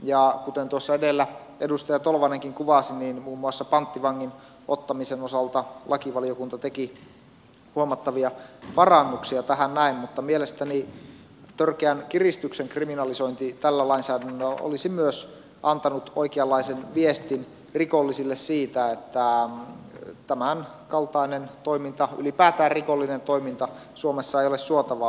kuten tuossa edellä edustaja tolvanenkin kuvasi niin muun muassa panttivangin ottamisen osalta lakivaliokunta teki huomattavia parannuksia tähän näin mutta mielestäni törkeän kiristyksen kriminalisointi tällä lainsäädännöllä olisi myös antanut oikeanlaisen viestin rikollisille siitä että tämänkaltainen toiminta ylipäätään rikollinen toiminta suomessa ei ole suotavaa